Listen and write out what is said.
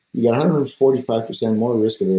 yeah hundred and forty five percent more risk